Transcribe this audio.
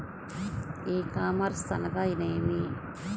ఈ కామర్స్ అనగా నేమి?